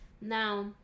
Now